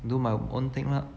do my own thing lah